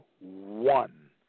one